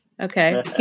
Okay